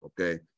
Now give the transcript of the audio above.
okay